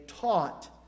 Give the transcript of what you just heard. taught